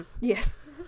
Yes